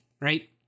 right